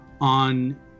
on